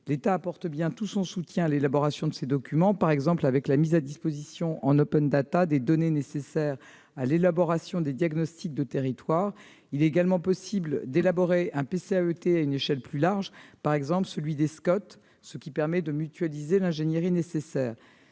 L'État apporte bien tout son soutien à l'élaboration de ces documents, par exemple par la mise à disposition en opendata des données nécessaires à l'élaboration des diagnostics de territoire. Il est également possible d'élaborer un PCAET à une échelle plus large, par exemple à celle des SCOT, les schémas de cohérence territoriale, ce qui permet de mutualiser l'ingénierie nécessaire.